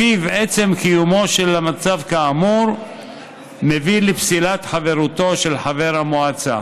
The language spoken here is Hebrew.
שבו עצם קיומו של מצב כאמור מביא לפסילת חברותו של חבר המועצה.